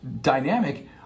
dynamic